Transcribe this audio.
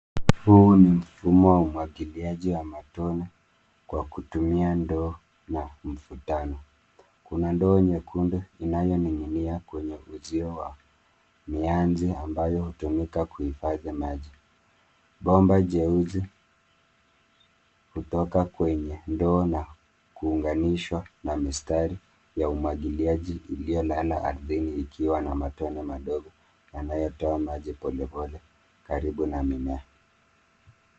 Huu ni mfumo wa umwagiliaji wa matone kwa kutumia ndoo na mfutano. Kuna ndoo nyekundu unaoning'inia kwenye uzio wa mianzi ambayo hutumika kuhifadhi maji. Bomba jeusi hutoka kwenye ndoo na kuunganishwa na mistari ya umwagiliaji iliyolala ardhini ikiwa na matone madogo yanayotoa maji polepole karibu na mimea.